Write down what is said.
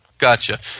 Gotcha